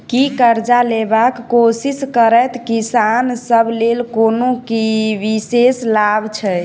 की करजा लेबाक कोशिश करैत किसान सब लेल कोनो विशेष लाभ छै?